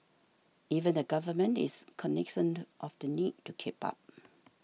even the government is cognisant of the need to keep up